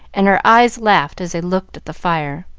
and her eyes laughed as they looked at the fire.